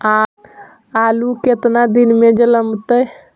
आलू केतना दिन में जलमतइ?